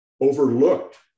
overlooked